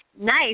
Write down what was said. nice